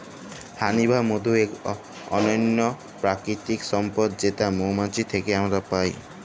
হানি বা মধু ইক অনল্য পারকিতিক সম্পদ যেট মোমাছি থ্যাকে আমরা পায়